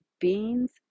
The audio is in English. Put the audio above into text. beans